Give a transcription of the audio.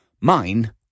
Mine